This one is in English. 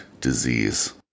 disease